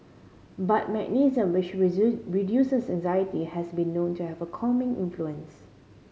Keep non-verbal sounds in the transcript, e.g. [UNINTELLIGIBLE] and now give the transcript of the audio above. but magnesium [UNINTELLIGIBLE] reduces anxiety has been known to have a calming influence